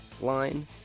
line